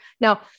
now